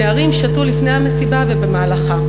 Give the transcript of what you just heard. הנערים שתו לפני המסיבה ובמהלכה.